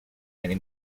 many